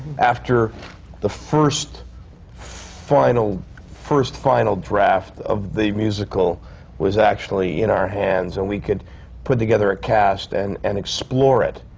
after the first final first final draft of the musical was actually in our hands, and we could put together a cast and and explore it.